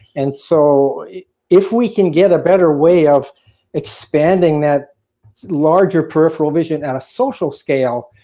and so if we can get a better way of expanding that larger peripheral vision at a social scale,